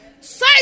say